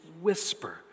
whisper